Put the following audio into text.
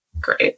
great